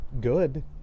good